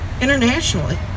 internationally